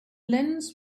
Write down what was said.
lens